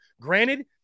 Granted